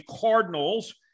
Cardinals